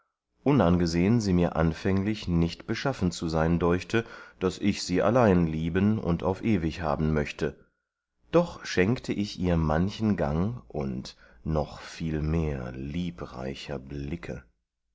unangesehen sie mir anfänglich nicht beschaffen zu sein deuchte daß ich sie allein lieben und auf ewig haben möchte doch schenkte ich ihr manchen gang und noch viel mehr liebreicher